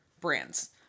brands